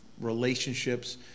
relationships